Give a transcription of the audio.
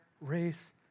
race